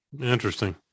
Interesting